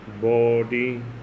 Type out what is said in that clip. body